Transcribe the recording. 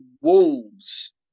Wolves